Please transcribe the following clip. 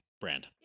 brand